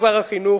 שר החינוך,